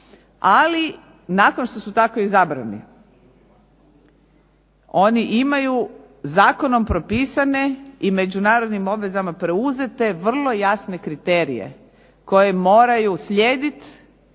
Ali nakon što su tako izabrani, oni imaju zakonom propisane i međunarodnim obvezama preuzete vrlo jasne kriterije koje moraju slijediti